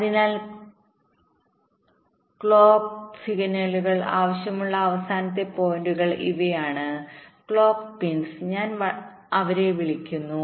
അതിനാൽ ക്ലോക്ക് സിഗ്നലുകൾ ആവശ്യമുള്ള അവസാന പോയിന്റുകൾ ഇവയാണ് ക്ലോക്ക് പിൻസ് ഞാൻ അവരെ വിളിക്കുന്നു